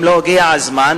האם לא הגיע הזמן,